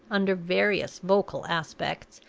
under various vocal aspects,